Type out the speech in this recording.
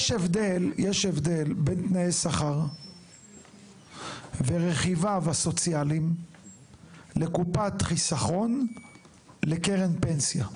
יש הבדל בין תנאי שכר ורכיביו הסוציאליים לקופת חסכון לקרן פנסיה.